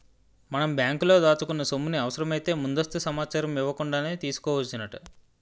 మనం బ్యాంకులో దాచుకున్న సొమ్ముని అవసరమైతే ముందస్తు సమాచారం ఇవ్వకుండానే తీసుకోవచ్చునట